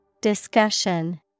Discussion